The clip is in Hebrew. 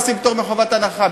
עושים פטור מחובת הנחה,